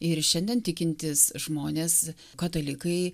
ir šiandien tikintys žmonės katalikai